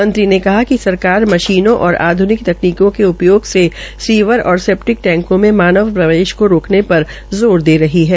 मंत्री ने कहा कि सरकार मशीनों और आध्निक तकनीकों के उपयोग से सीवर और सेप्टिक टैंको में मानव प्रवेश को रोकने पर ज़ोर दे रही है